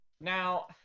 Now